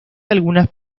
algunas